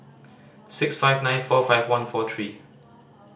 six five nine four five one four three